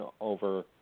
over